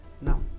now